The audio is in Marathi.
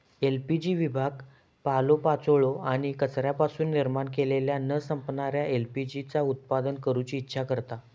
एल.पी.जी विभाग पालोपाचोळो आणि कचऱ्यापासून निर्माण केलेल्या न संपणाऱ्या एल.पी.जी चा उत्पादन करूची इच्छा करता